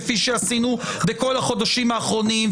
כפי שעשינו בכל החודשים האחרונים.